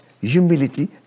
humility